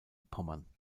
pommern